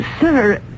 sir